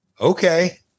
Okay